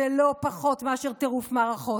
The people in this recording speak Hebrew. זה לא פחות מאשר טירוף מערכות.